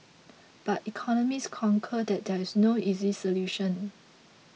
but economists concur that there is no easy solution